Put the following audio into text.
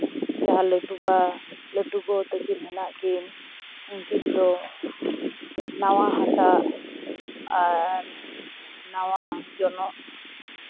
ᱡᱟ ᱞᱟᱹᱴᱩᱵᱟ ᱞᱟᱹᱴᱩ ᱜᱚ ᱛᱟᱹᱠᱤᱱ ᱢᱮᱱᱟᱜ ᱠᱤᱱ ᱩᱱᱠᱤᱱ ᱫᱚ ᱱᱟᱣᱟ ᱦᱟᱴᱟᱜ ᱟᱨ ᱱᱟᱣᱟ ᱡᱚᱱᱚᱜ